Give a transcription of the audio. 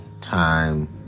time